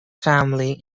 family